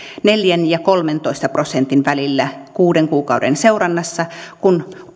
neljä ja kolmentoista prosentin välillä kuuden kuukauden seurannassa kun